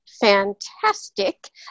fantastic